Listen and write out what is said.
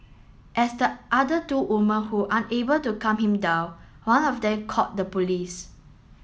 as the other two women who unable to calm him down one of them called the police